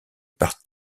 par